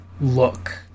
look